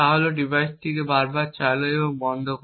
তা হল ডিভাইসটিকে বারবার চালু এবং বন্ধ করা